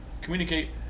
communicate